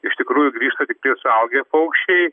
iš tikrųjų grįžta tiktai suaugę paukščiai